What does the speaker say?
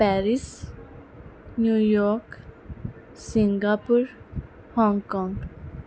Paris New York Singapore Hong Kong